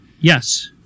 Yes